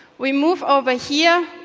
we move over here